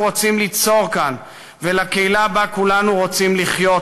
רוצים ליצור כאן ולקהילה שבה כולנו רוצים לחיות,